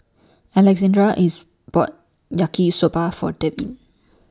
Alexandria IS bought Yaki Soba For Devyn